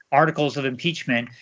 articles of impeachment,